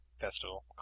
festival